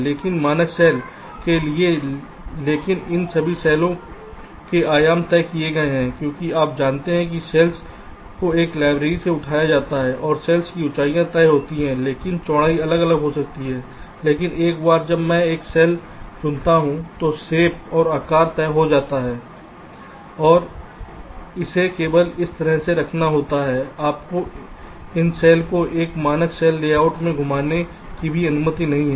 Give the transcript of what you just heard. लेकिन मानक शैल के लिए लेकिन इन सभी शैल के आयाम तय किए गए हैं क्योंकि आप जानते हैं कि शेल्स को एक लाइब्रेरी से उठाया जाता है और शेल्स की ऊंचाइयां तय होती है लेकिन चौड़ाई अलग हो सकती है लेकिन एक बार जब मैं एक सेल चुनता हूं तो शेप और आकार तय हो जाता है और इसे केवल इस तरह से रखना होता है आपको इन सेल को एक मानक सेल लेआउट में घुमाने की भी अनुमति नहीं है